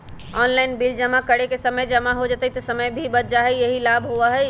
Online bill जमा करे से समय पर जमा हो जतई और समय भी बच जाहई यही लाभ होहई?